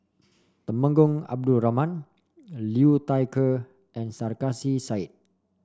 Temenggong Abdul Rahman Liu Thai Ker and Sarkasi Said